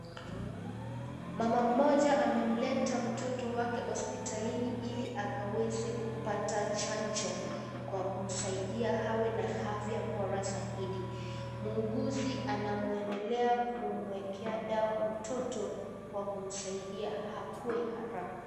Baba mmoja amemleta mtoto wake hospitalini ili akaweze kupata chanjo kwa kumzaidiana awe na afya bora zaidi. Muuguzi anamuendelea kumwekea dawa mtoto kwa kumsaidia akue haraka.